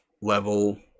level